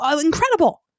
incredible